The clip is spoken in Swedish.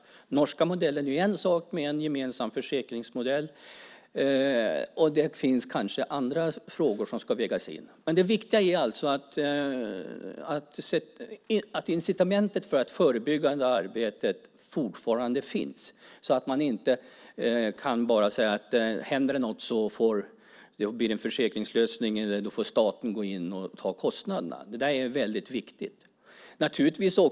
Den norska modellen med en gemensam försäkringsmodell är en sak. Det finns kanske också andra frågor som ska vägas in. Det viktiga är att incitamentet för ett förebyggande arbete fortfarande finns, så att man inte bara kan säga att om det händer något blir det en försäkringslösning eller så får staten gå in och ta kostnaderna. Detta är mycket viktigt.